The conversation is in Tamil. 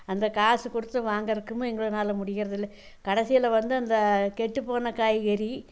அந்த காசு கொடுத்து வாங்குறதுக்கும் எங்களனால் முடியிறதில்லை கடைசியில் வந்து அந்த கெட்டுப்போன காய்கறி